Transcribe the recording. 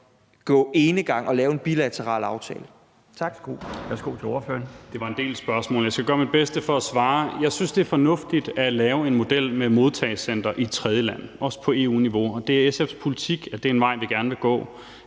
gå enegang og lave en bilateral? Tak.